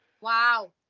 Wow